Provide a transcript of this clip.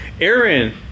Aaron